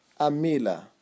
Amila